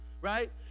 right